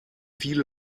viele